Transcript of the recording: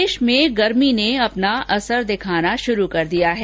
प्रदेश में गर्मी ने अपना असर दिखाना शुरू कर दिया है